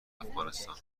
افغانستان